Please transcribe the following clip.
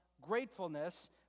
gratefulness